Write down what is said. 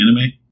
anime